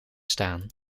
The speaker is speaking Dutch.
staan